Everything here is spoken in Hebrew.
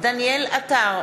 דניאל עטר,